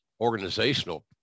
organizational